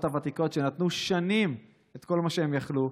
הוותיקות שנתנו שנים את כל מה שהם יכלו,